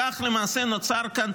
כך למעשה נוצר כאן